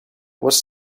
was